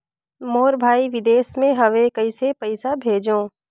मोर भाई विदेश मे हवे कइसे पईसा भेजो?